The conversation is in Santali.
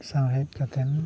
ᱥᱟᱶ ᱦᱮᱡ ᱠᱟᱛᱮᱫ